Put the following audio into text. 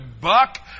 buck